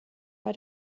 bei